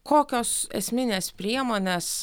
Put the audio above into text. kokios esminės priemonės